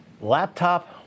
laptop